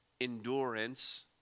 endurance